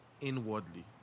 inwardly